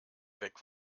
weg